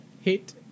hit